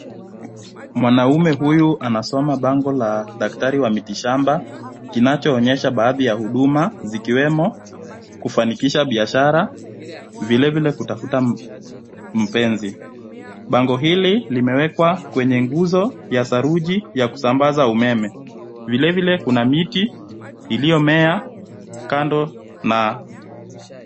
Mwanaume huyu anasoma bango la daktari wa miti shamba, kinachoonyesha baadhi ya huduma zikiwemo kufanikisha biashara, vile vile kutafuta mpenzi. Bango hili limewekwa kwenye nguzo ya saruji ya kusambaza umeme, vile vile kuna miti iliyomea kando na...